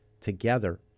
together